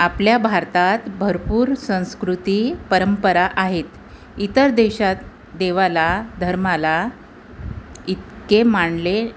आपल्या भारतात भरपूर संस्कृती परंपरा आहेत इतर देशात देवाला धर्माला इतके मानले